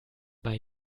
bei